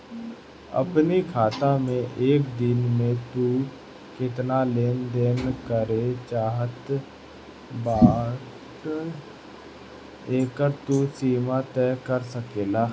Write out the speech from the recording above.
अपनी खाता से एक दिन में तू केतना लेन देन करे चाहत बाटअ एकर तू सीमा तय कर सकेला